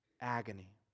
agony